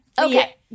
Okay